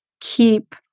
keep